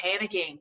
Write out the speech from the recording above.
panicking